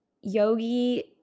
Yogi